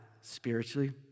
spiritually